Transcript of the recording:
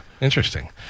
Interesting